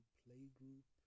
playgroup